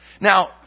Now